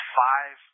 five